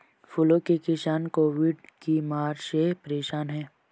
फूलों के किसान कोविड की मार से परेशान है